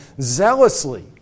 zealously